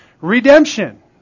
redemption